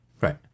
right